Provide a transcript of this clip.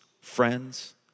friends